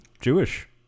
Jewish